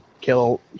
kill